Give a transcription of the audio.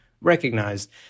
recognized